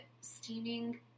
steaming